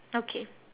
okay